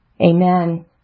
Amen